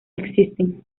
existen